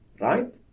right